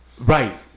Right